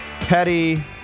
petty